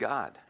God